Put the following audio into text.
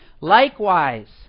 Likewise